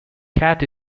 cat